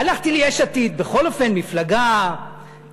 הלכתי ליש עתיד, בכל אופן, מפלגה אינטליגנטית,